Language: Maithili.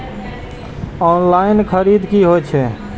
ऑनलाईन खरीद की होए छै?